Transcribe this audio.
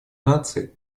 наций